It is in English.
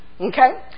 Okay